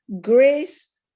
grace